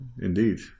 indeed